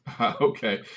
Okay